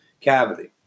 cavity